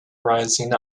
rising